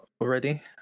already